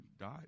died